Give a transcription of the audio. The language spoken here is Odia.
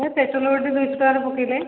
ଭାଇ ପେଟ୍ରୋଲ୍ ଗୋଟେ ଦୁଇ ଶହ ଟଙ୍କାରେ ପକାଇଲେ